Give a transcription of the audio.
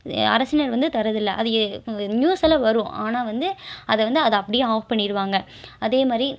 அரசினர் வந்து தரது இல்லை அது நியூஸ் எல்லாம் வரும் ஆனால் வந்து அதை வந்து அதை அப்படியே ஆஃப் பண்ணிவிடுவாங்க அதேமாதிரி